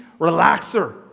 relaxer